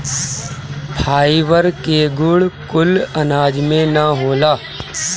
fibre के गुण कुल अनाज में ना होला